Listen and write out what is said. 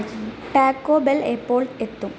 taco Bell എപ്പോൾ എത്തും